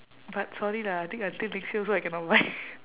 but sorry lah I think until next year also I cannot buy